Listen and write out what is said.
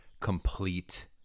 complete